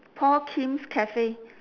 paul kim's cafe